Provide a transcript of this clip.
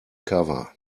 cover